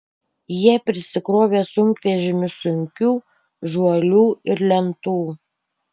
jie prisikrovė sunkvežimius sunkių žuolių ir lentų